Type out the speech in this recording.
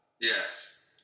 Yes